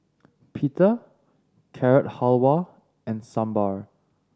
Pita Carrot Halwa and Sambar